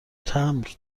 تمبر